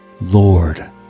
Lord